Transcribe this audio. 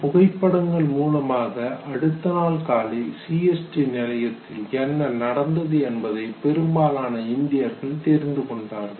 அந்தப் புகைப்படங்கள் மூலமாக அடுத்த நாள் காலை CST நிலையத்தில் என்ன நடந்தது என்பதை பெரும்பாலான இந்தியர்கள் தெரிந்து கொண்டார்கள்